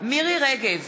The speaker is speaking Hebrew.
מירי רגב,